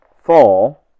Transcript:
fall